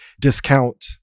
discount